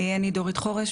חורש,